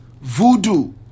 voodoo